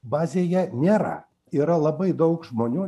bazėje nėra yra labai daug žmonių